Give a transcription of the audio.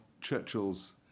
Churchill's